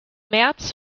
märz